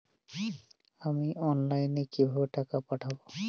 আমি অনলাইনে কিভাবে টাকা পাঠাব?